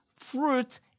fruit